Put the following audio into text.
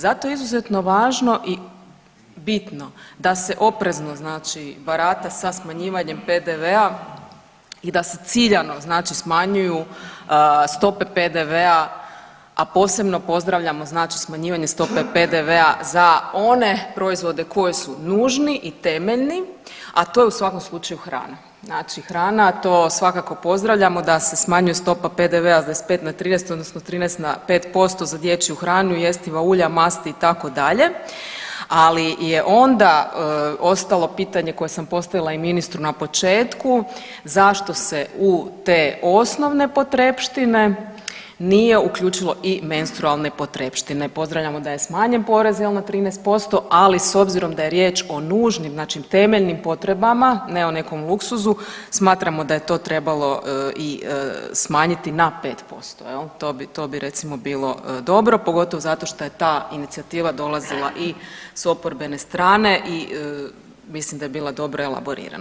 Zato je izuzetno važno i bitno da se oprezno znači barata sa smanjivanjem PDV-a i da se ciljano znači smanjuju stope PDV-a, a posebno pozdravljamo znači smanjivanje stope PDV-a za one proizvode koji su nužni i temeljni, a to je u svakom slučaju hrana, znači hrana to svakako pozdravljamo da se smanjuje stopa PDV-a s 25 na 13 odnosno s 13 na 5% za dječju hranu, jestiva ulja, masti itd., ali je onda ostalo pitanje koje sam postavila i ministru na početku, zašto se u te osnovne potrepštine nije uključilo i menstrualne potrepštine, pozdravljamo da je smanjen porez jel na 13%, ali s obzirom da je riječ o nužnim znači temeljnim potrebama, ne o nekom luksuzu, smatramo da je to trebalo i smanjiti na 5% jel, to bi, to bi recimo bilo dobro, pogotovo zato što je ta inicijativa dolazila i s oporbene strane i mislim da je bila dobro elaborirana.